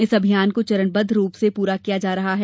इस अभियान को चरणबद्व रूप से पूरा किया जा रहा है